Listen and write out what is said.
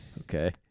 Okay